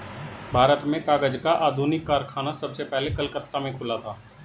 भारत में कागज का आधुनिक कारखाना सबसे पहले कलकत्ता में खुला था